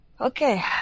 Okay